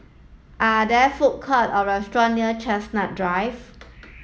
are there food court or restaurants near Chestnut Drive